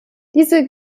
diese